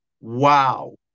Wow